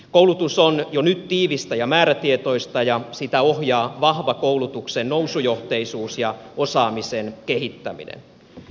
koulutus on jo nyt tiivistä ja määrätietoista ja sitä ohjaa vahva koulutuksen nousujohteisuus ja osaamisen kehittäminen